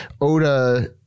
Oda